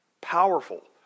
powerful